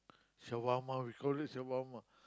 so one more we call it so one more